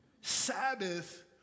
Sabbath